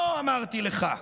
'לא', אמרתי לך.